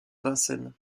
vincennes